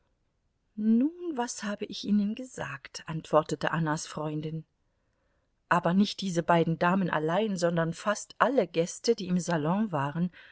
nun was habe ich ihnen gesagt antwortete annas freundin aber nicht diese beiden damen allein sondern fast alle gäste die im salon waren